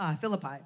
Philippi